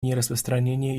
нераспространения